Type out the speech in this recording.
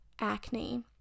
acne